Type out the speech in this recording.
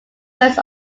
rest